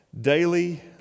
daily